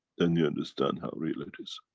then, you understand how real it is.